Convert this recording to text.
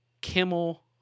Kimmel